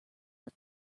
but